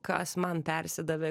kas man persidavė